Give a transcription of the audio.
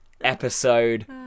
episode